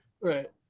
Right